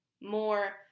more